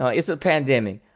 ah it's a pandemic.